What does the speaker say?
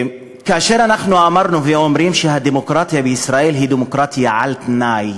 כאשר אנחנו אמרנו ואומרים שהדמוקרטיה בישראל היא דמוקרטיה על-תנאי